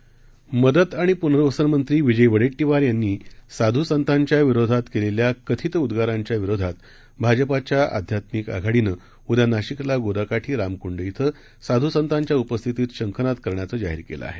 राज्याचे मदत आणि पुनर्वसन मंत्री विजय वडेट्टीवार यांनी साधू संतांच्या विरोधात केलेल्या कथित उद्दारांच्या विरोधात भाजपाच्या अध्यात्मिक आघाडीनं उद्या नाशिकला गोदा काठी रामकुंड शे साधू संतांच्या उपस्थितीत शंखनाद करण्याचं जाहीर केलं आहे